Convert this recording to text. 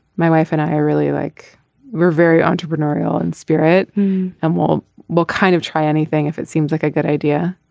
my wife and i really like we're very entrepreneurial in spirit and will will kind of try anything if it seems like a good idea.